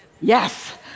Yes